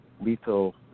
lethal